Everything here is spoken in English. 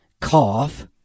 Cough